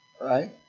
Right